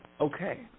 Okay